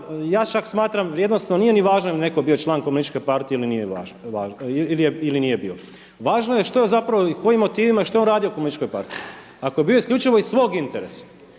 ja čak smatram vrijednosno nije ni važno je li netko bio član komunističke partije ili nije bilo. Važno je što je zapravo i kojim motivima, što je on radio u komunističkoj partiji. Ako je bio isključivo iz svog interesa,